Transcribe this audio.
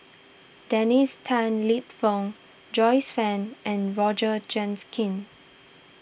Dennis Tan Lip Fong Joyce Fan and Roger jinns king